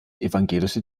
evangelische